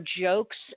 jokes